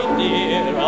dear